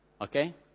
Okay